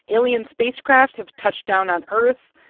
alien spacecraft have touched down on earth.